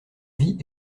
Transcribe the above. vie